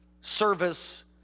service